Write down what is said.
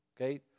Okay